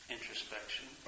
Introspection